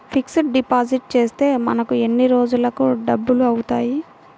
Fixed deposit చేస్తే మనకు ఎన్ని రోజులకు డబల్ అవుతాయి?